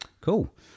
cool